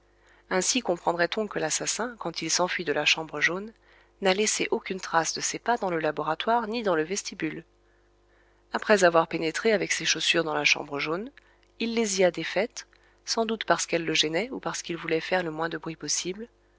ainsi comprendrait on que l'assassin quand il s'enfuit de la chambre jaune n'a laissé aucune trace de ses pas dans le laboratoire ni dans le vestibule après avoir pénétré avec ses chaussures dans la chambre jaune il les y a défaites sans doute parce qu'elles le gênaient ou parce qu'il voulait faire le moins de bruit possible